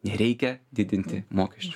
nereikia didinti mokesčių